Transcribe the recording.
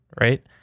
right